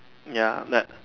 ya that